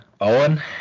Owen